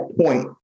point